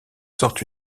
sorte